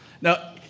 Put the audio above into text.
Now